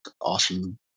awesome